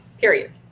period